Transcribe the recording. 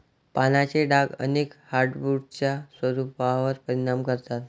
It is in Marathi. पानांचे डाग अनेक हार्डवुड्सच्या स्वरूपावर परिणाम करतात